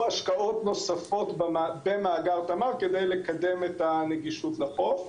השקעות נוספות במאגר תמר כדי לקדם את הנגישות לחוף.